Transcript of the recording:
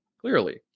clearly